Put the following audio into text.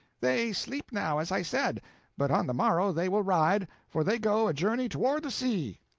they sleep now, as i said but on the morrow they will ride, for they go a journey toward the sea.